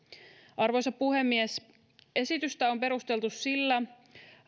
arvoisa puhemies esitystä on perusteltu sillä